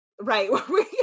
right